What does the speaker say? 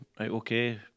Okay